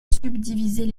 subdivisées